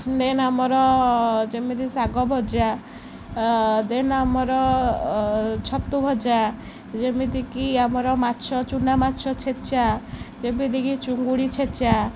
ଦେନ୍ ଆମର ଯେମିତି ଶାଗଭଜା ଦେନ୍ ଆମର ଛତୁ ଭଜା ଯେମିତିକି ଆମର ମାଛ ଚୂନାମାଛ ଛେଚା ଯେମିତିକି ଚିଙ୍ଗୁଡ଼ି ଛେଚା